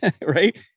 right